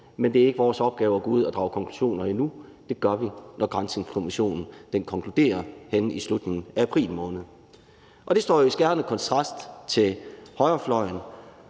men det er ikke vores opgave at gå ud og drage konklusioner. Det gør vi, når Granskningskommissionen konkluderer henne i slutningen af april måned. Det står i skærende kontrast til højrefløjen,